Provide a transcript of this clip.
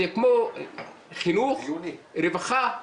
זה כמו חינוך, רווחה,